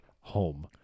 home